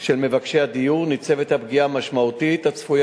של מבקשי דיור ניצבת הפגיעה המשמעותית הצפויה